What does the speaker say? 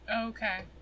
Okay